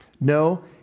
No